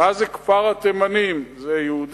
מה זה כפר-התימנים, זה יהודי?